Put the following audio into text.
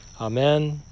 Amen